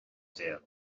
déag